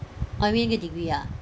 orh you mean take degree ah